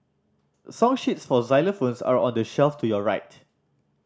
song sheets for xylophones are on the shelf to your right